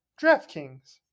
DraftKings